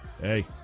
Hey